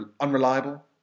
unreliable